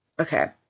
Okay